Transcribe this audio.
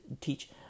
teach